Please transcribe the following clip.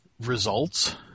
results